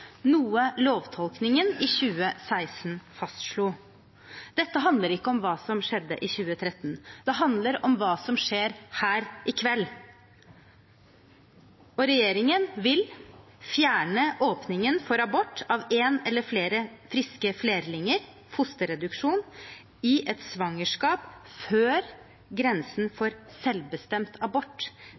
noe lovtolkningen i 2016 fastslo. Dette handler ikke om hva som skjedde i 2013. Det handler om hva som skjer her i kveld. Regjeringen vil fjerne åpningen for abort av én eller flere friske flerlinger, fosterreduksjon, i et svangerskap før grensen for selvbestemt abort.